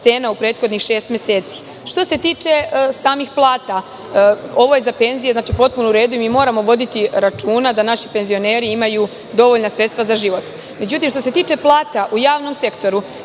cena u prethodnih šest meseci. Ovo je za penzije potpuno u redu i moramo voditi računa da naši penzioneri imaju dovoljna sredstva za život. Međutim, što se tiče plata u javnom sektoru,